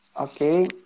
Okay